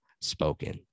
spoken